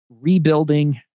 rebuilding